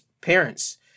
parents